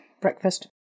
Breakfast